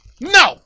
No